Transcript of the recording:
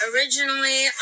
Originally